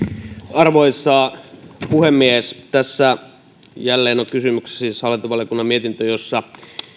arvoisa puhemies tässä jälleen on kysymyksessä siis hallintovaliokunnan mietintö jossa